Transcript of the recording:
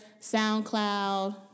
SoundCloud